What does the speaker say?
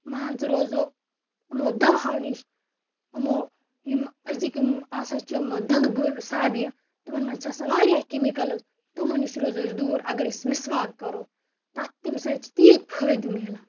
مان ژٕ روزو یِمو دَوہو نِش إمو یِمہٕ أزٕکۍ یِم آسان چھِ یِمہٕ دَنٛدٕ بہٕ سابیہِ تِمَن منٛز چھِ آسان واریاہ کیٚمِکَلٕز تِمو نِش روزو أسۍ دوٗر اگر أسۍ مِسواک کَرَو تَتھ تَمہِ سۭتۍ چھِ تیٖتۍ فٲیِدٕ میلان